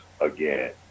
again